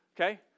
Okay